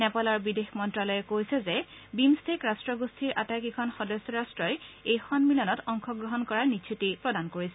নেপালৰ বিদেশ মন্ত্যালয়ে কৈছে যে বিম্ ট্টেক ৰট্টগোষ্ঠীৰ আটাইকেইখন সদস্য ৰাট্টই এই সন্মিলনত অংশগ্ৰহণৰ নিশ্চিতি প্ৰদান কৰিছে